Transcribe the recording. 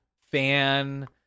fan